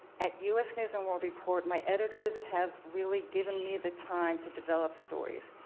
at u s. news and world report, my editors have really given me the time to develop stories.